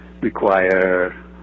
require